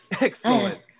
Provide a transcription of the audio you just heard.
Excellent